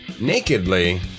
nakedly